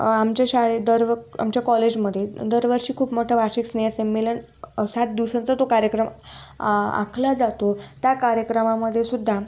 आमच्या शाळेेत दरव आमच्या कॉलेजमध्ये दरवर्षी खूप मोठं वार्षिक स्नेहसंमेलन सात दिवसांचा तो कार्यक्रम आ आखला जातो त्या कार्यक्रमामध्ये सुद्धा